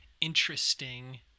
interesting